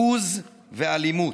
בוז ואלימות.